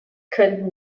können